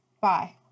Bye